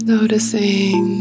Noticing